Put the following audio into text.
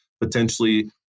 potentially